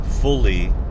fully